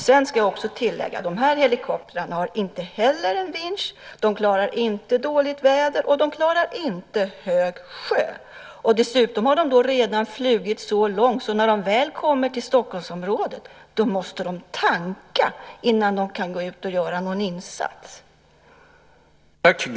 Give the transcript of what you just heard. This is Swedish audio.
Jag ska också tillägga att inte heller de här helikoptrarna har någon vinsch, att de inte klarar dåligt väder och att de inte klarar hög sjö. Dessutom har de redan flugit så långt att de när de väl kommer till Stockholmsområdet måste tanka innan de kan gå ut och göra någon insats.